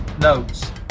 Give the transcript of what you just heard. notes